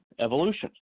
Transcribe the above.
evolution